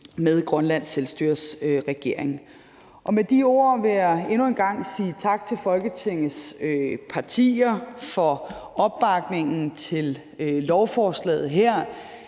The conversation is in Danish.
med Grønlands selvstyres regering. Med de ord vil jeg endnu en gang sige tak til Folketingets partier for opbakningen til lovforslaget her.